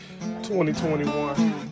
2021